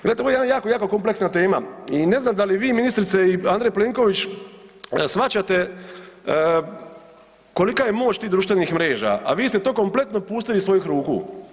Gledajte, ovo je jedna jako, jako kompleksna tema i ne znam da li vi ministrice i Andrej Plenković shvaćate kolika je moć tih društvenih mreža a vi ste to kompletno pustili iz svojih ruku.